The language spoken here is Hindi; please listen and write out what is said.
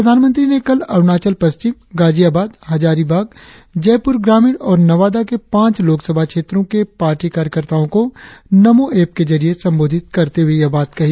प्रधानमंत्री ने कल अरुणाचल पश्चिम गाजियाबाद हजारीबाग जयपुर ग्रामिण और नवादा के पांच लोक सभा क्षेत्रों के पार्टी कार्यकर्ताओं को नमोः ऐप के जरिए संबोधित करते हुए यह बात कही